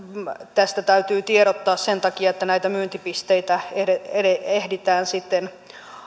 tästä täytyy tiedottaa sen takia että näitä myyntipisteitä ehditään sitten